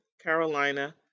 Carolina